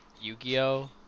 Yu-Gi-Oh